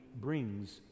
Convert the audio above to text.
brings